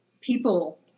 people